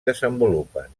desenvolupen